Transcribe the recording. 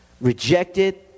Rejected